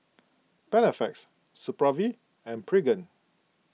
Panaflex Supravit and Pregain